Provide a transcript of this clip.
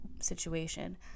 situation